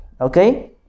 Okay